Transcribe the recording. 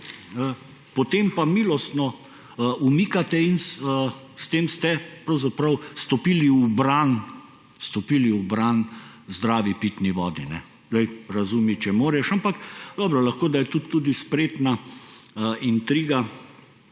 potem pa milostno umikate in s tem ste pravzaprav stopili v bran zdravi pitni vodi. Razumi, če moraš, ampak dobro, lahko da je to tudi spretna intriga,